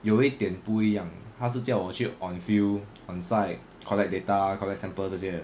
有一点不一样他是叫我去 on field on site collect data collect samples 这些的